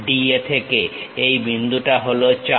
DA থেকে এই বিন্দুটা হল 4